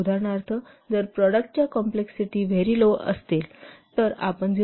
उदाहरणार्थ जर प्रॉडक्टच्या कॉम्प्लेक्सिटी व्हेरी लो असतील तर आपण 0